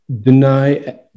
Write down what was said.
deny